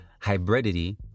hybridity